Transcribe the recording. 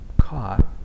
caught